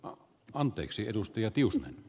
anteeksi edustaja tiusa